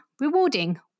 rewarding